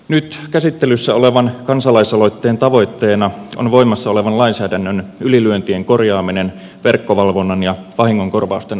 nyt käsittelyssä olevan kansalaisaloitteen tavoitteena on voimassa olevan lainsäädännön ylilyöntien korjaaminen verkkovalvonnan ja vahingonkorvausten osalta